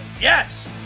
Yes